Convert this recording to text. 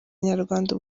inyarwanda